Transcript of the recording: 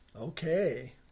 Okay